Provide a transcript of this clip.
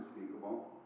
unspeakable